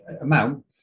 amount